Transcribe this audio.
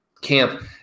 camp